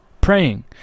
praying